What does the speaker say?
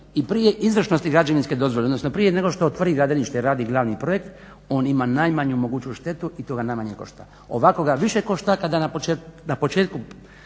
i prije izvršnosti građevinske dozvole, odnosno prije nego što otvori gradilište, radi glavni projekt on ima najmanju moguću štetu i to ga najmanje košta. Ovako ga više košta kada na početku